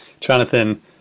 Jonathan